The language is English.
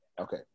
Okay